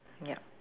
yup